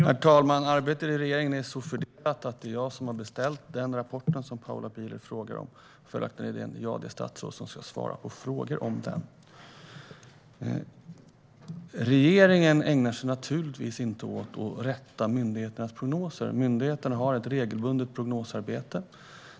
Herr talman! Arbetet i regeringen är så fördelat att det är jag som har beställt den rapport som Paula Bieler frågar om. Följaktligen är jag det statsråd som ska svara på frågor om den. Regeringen ägnar sig naturligtvis inte åt att rätta myndigheternas prognoser. Myndigheterna har ett regelbundet prognosarbete.